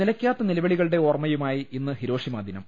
നിലയ്ക്കാത്ത നിലവിളികളുടെ ഓർമ്മയുമായി ഇന്ന് ഹിരോ ഷിമ ദിനം